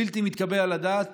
בלתי מתקבל על הדעת,